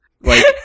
Like-